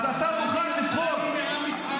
אז אתה מוכן לבחור --- אני מעם ישראל.